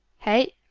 hey?